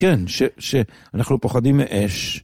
כן, שאנחנו פוחדים מאש.